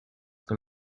con